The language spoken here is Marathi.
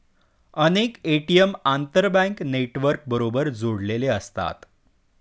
अनेक ए.टी.एम आंतरबँक नेटवर्कबरोबर जोडलेले असतात